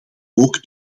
ook